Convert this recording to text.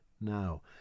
Now